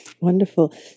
Wonderful